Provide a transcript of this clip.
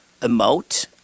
emote